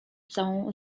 całą